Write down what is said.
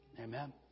Amen